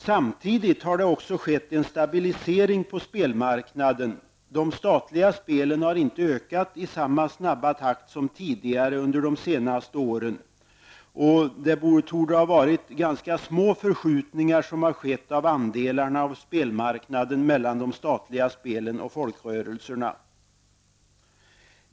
Samtidigt har det skett en stabilisering av spelmarknaden. De statliga spelen har inte ökat i samma snabba takt som tidigare, och under de senaste två åren torde små förskjutningar ha skett av andelarna av spelmarknaden mellan de statliga spelen och folkrörelserna.